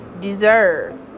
deserve